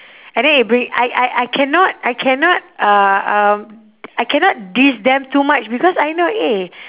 and then it bring I I I cannot I cannot uh uh I cannot diss them too much because I know eh